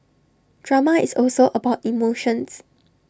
drama is also about emotions